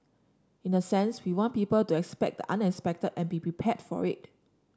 in a sense we want people to expect the unexpected and be prepared for it